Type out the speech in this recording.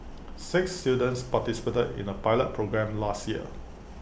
six students participated in A pilot programme last year